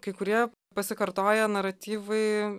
kai kurie pasikartoja naratyvai